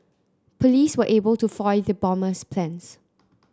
police were able to foil the bomber's plans